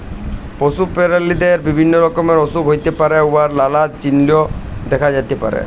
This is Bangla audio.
পশু পেরালিদের বিভিল্য রকমের অসুখ হ্যইতে পারে উয়ার লালা চিল্হ দ্যাখা যাতে পারে